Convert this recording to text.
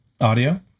audio